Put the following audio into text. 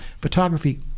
photography